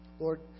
Lord